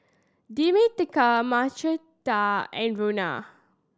Demetria Margaretta and Rona